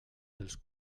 dels